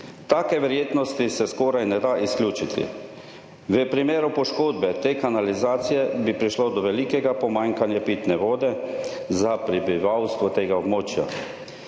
Take verjetnosti se skoraj ne da izključiti. V primeru poškodbe te kanalizacije bi prišlo do velikega pomanjkanja pitne vode za prebivalstvo tega območja.